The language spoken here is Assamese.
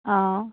অঁ